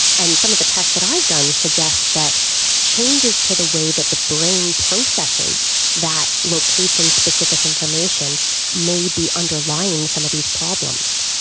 and some of the tests that i've done suggests that changes to the way that the brain processes that location-specific information may be underlying some of these problems.